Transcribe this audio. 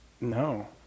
No